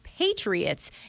Patriots